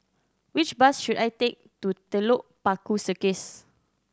which bus should I take to Telok Paku Circus